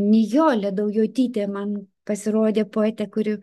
nijolė daujotytė man pasirodė poetė kuri